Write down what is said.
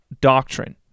doctrine